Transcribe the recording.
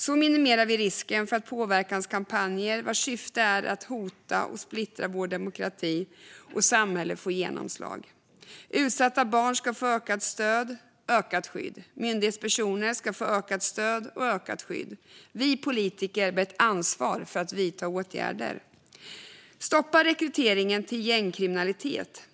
Så minimerar vi risken för att påverkanskampanjer, vars syfte är att hota och splittra vår demokrati, får genomslag. Utsatta barn ska få ökat stöd och ökat skydd. Myndighetspersoner ska få ökat stöd och ökat skydd. Vi politiker bär ett ansvar för att vidta åtgärder. Stoppa rekryteringen till gängkriminalitet.